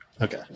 Okay